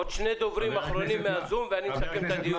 עוד שני דברים אחרונים מה"זום" ואני מסכם את הדיון.